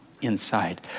inside